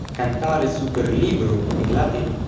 cantare super librum in latin,